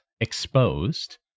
exposed